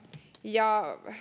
ja